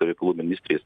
reikalų ministrės